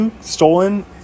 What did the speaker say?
stolen